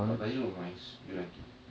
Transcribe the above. but does it look nice do you like it